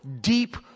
deep